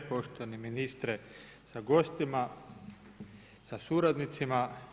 Poštovani ministre sa gostima, sa suradnicima.